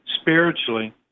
spiritually